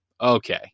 okay